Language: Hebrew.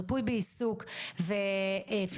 ריפוי בעיסוק ופיזיותרפיה.